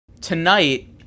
Tonight